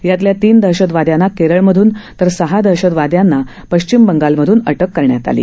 यातल्या तीन दहशतवाद्यांना केरळमधून तर सहा दहशतवाद्यांना पश्चिम बंगालमधून अटक करण्यात आली आहे